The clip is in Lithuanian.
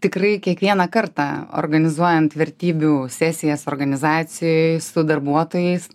tikrai kiekvieną kartą organizuojant vertybių sesijas organizacijoj su darbuotojais